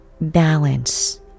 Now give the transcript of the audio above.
balance